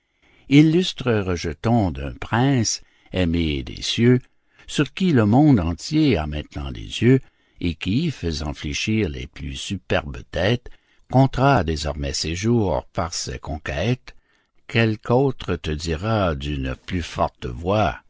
illustre rejeton d'un prince aimé des cieux sur qui le monde entier a maintenant les yeux et qui faisant fléchir les plus superbes têtes comptera désormais ses jours par des conquêtes quelque autre te dira d'une plus forte voix